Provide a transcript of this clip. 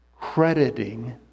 crediting